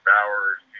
Bowers